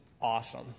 awesome